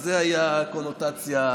זו הייתה הקונוטציה.